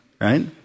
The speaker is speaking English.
right